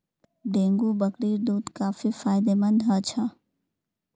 dengue बकरीर दूध काफी फायदेमंद ह छ